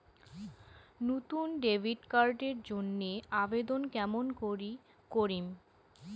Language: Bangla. নতুন ডেবিট কার্ড এর জন্যে আবেদন কেমন করি করিম?